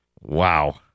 Wow